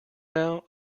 now